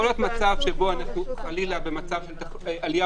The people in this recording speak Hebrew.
יכול להיות שחלילה אנחנו במצב של עלייה